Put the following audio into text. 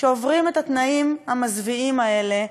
שעוברים את התנאים המזוויעים האלה,